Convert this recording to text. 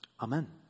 Amen